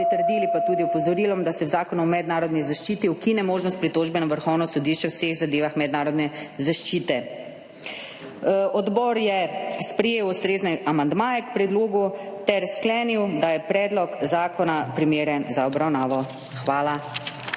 pritrdili pa tudi opozorilom, da se v Zakonu o mednarodni zaščiti ukine možnost pritožbe na Vrhovno sodišče v vseh zadevah mednarodne zaščite. Odbor je sprejel ustrezne amandmaje k predlogu ter sklenil, da je predlog zakona primeren za obravnavo. Hvala.